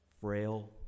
Frail